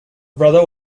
brother